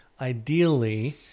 ideally